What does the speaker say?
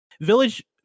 Village